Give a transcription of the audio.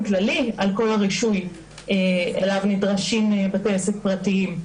כללי על כל הרישוי אליו נדרשים בתי עסק פרטיים.